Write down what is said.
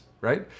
right